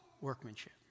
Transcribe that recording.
workmanship